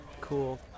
Cool